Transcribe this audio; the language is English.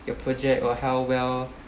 your project or how well